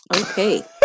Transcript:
Okay